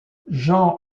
jean